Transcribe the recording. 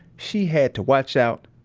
she had to watch out,